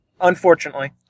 Unfortunately